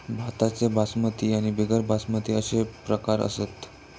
भाताचे बासमती आणि बिगर बासमती अशे प्रकार असत